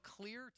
clear